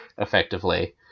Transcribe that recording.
effectively